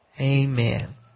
Amen